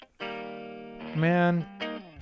Man